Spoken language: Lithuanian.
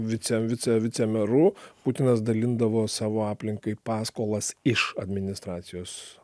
vice vice vicemeru putinas dalindavo savo aplinkai paskolas iš administracijos